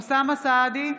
אוסאמה סעדי,